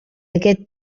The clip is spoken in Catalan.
aquest